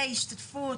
להשתתפות,